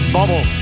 Bubble